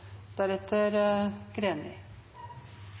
deretter